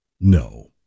No